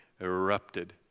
erupted